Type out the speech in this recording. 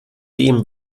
dem